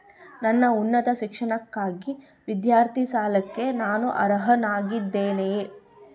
ನನ್ನ ಉನ್ನತ ಶಿಕ್ಷಣಕ್ಕಾಗಿ ವಿದ್ಯಾರ್ಥಿ ಸಾಲಕ್ಕೆ ನಾನು ಅರ್ಹನಾಗಿದ್ದೇನೆಯೇ?